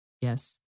Yes